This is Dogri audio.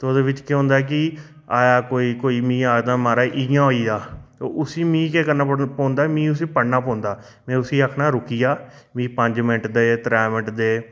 तो ओह्दे बिच केह् होंदा कि कोई कोई मिं आखदा मराज इ'यां होई आ उसी केह् करना मिं उसी पढ़ना पौंदा में उसी आखना रुकी जा मि पंज मेंट दे त्रैऽ मेंट दे